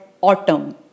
autumn